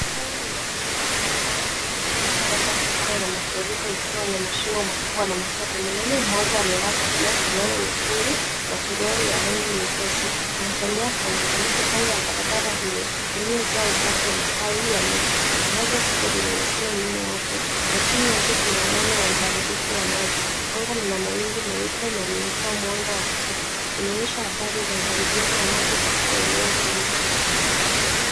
Haya ni mazingira ya barabara iliyoharibika labda kutokana na mafuriko ikiwa na mashimo makubwa na matope. Mwanaume mmoja amevaa kofia, fulana nyekundu na suruali ya rangi nyepesi anatembea kwa uangalifu kando ya barabara hiyo iliyojaa uchafu wa matawi ya miti. Daraja kubwa linaonekana nyuma yake na chini yake kuna alama ya uharibifu wa maji. Anga lina mawingu meupe na linatoa mwanga wa kutosha. inaonyesha hatari za uharibifu wa maji katika eneo hilo.